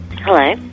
Hello